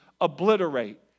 obliterate